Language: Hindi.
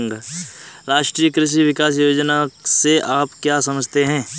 राष्ट्रीय कृषि विकास योजना से आप क्या समझते हैं?